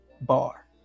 bar